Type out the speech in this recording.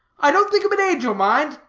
i don't think him an angel, mind.